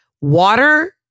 water